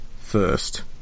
first